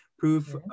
Proof